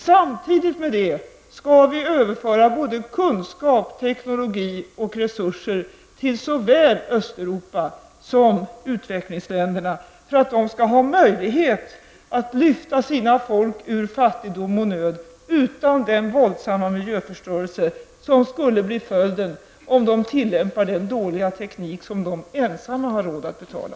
Samtidigt med detta skall vi överföra kunskap, teknologi och resurser till såväl Östeuropa som utvecklingsländerna för att de skall ha möjlighet att lyfta sina folk ur fattigdom och nöd utan den våldsamma miljöförstörelse som skulle bli följden om de tillämpade den dåliga teknik som de ensamma har råd att betala.